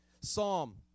Psalm